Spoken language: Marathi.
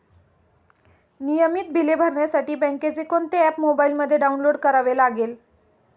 नियमित बिले भरण्यासाठी बँकेचे कोणते ऍप मोबाइलमध्ये डाऊनलोड करावे लागेल?